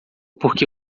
porque